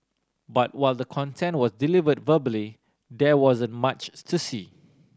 but while the content was delivered verbally there wasn't much to see